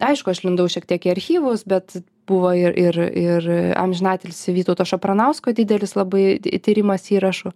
aišku aš lindau šiek tiek į archyvus bet buvo ir ir ir amžinatilsį vytauto šapranausko didelis labai tyrimas įrašų